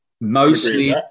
mostly